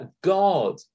God